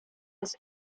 was